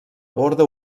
borda